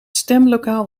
stemlokaal